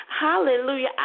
Hallelujah